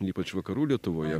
ypač vakarų lietuvoje